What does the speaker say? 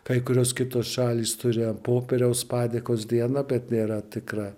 kai kurios kitos šalys turi an popieriaus padėkos dieną bet nėra tikra